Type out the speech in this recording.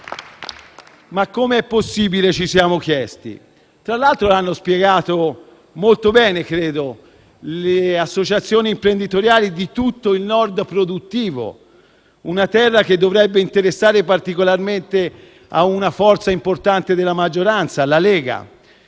come sia possibile. Tra l'altro lo hanno spiegato molto bene - credo - le associazioni imprenditoriali di tutto il Nord produttivo, una terra che dovrebbe interessare particolarmente a una forza importante della maggioranza, la Lega.